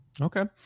Okay